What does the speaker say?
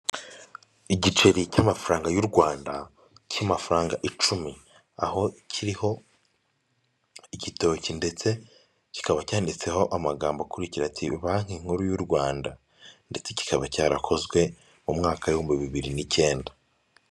Igiceri cy'amafaranga y'u Rwanda cy'amafaranga icumi ,aho kiriho igitoki ndetse kikaba cyanditseho amagambo akurikira ati banki nkuru y'u Rwanda ,ndetse kikaba cyarakozwe mu mwaka w'ibihumbi bibiri n'icyenda.